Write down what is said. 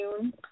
June